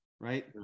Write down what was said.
right